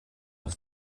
aus